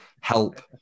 help